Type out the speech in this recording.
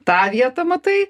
tą vietą matai